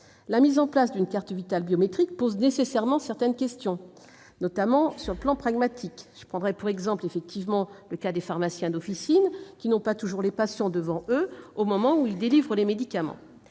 La mise en place d'une carte Vitale biométrique pose nécessairement certaines questions, notamment sur le plan pratique. Ainsi, les pharmaciens d'officine n'ont pas toujours les patients devant eux au moment où ils délivrent les médicaments.